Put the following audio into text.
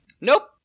Nope